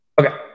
Okay